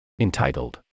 entitled